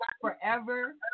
forever